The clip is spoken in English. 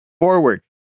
forward